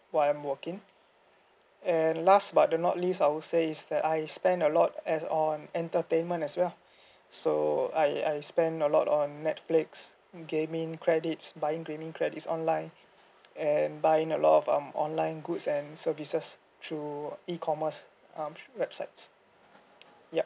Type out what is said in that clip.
while I am working and last but not least I'll say is that I spend a lot as on entertainment as well so I I spend a lot on Netflix gaming credits buying gaming credits online and buying a lot of um online goods and services through E commerce um websites yup